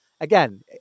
Again